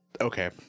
Okay